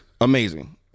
amazing